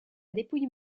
dépouille